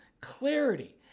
clarity